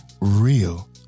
real